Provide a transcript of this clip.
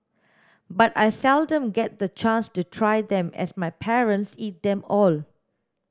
but I seldom get the chance to try them as my parents eat them all